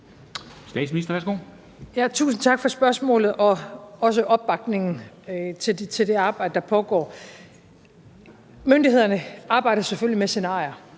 Tusind tak for spørgsmålet og også for opbakningen til det arbejde, der pågår. Myndighederne arbejder selvfølgelig med scenarier,